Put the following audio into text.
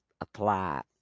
apply